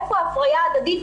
איפה ההפריה ההדדית?